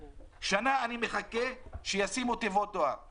שנה אני מחכה שישימו תיבות דואר באכסאל ובכפר קרע.